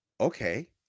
okay